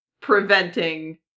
preventing